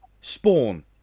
Spawn